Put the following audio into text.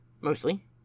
mostly